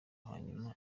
hanyuma